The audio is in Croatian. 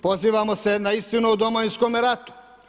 Pozivamo se na istinu u Domovinskom ratu.